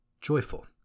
joyful